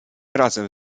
razem